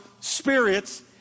spirits